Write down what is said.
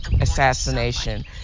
assassination